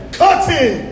cutting